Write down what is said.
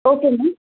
okay ma'am